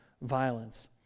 violence